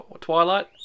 Twilight